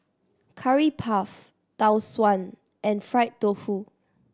Curry Puff Tau Suan and fried tofu